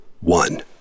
One